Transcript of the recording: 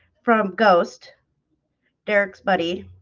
from ghost derrick's, buddy